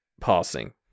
passing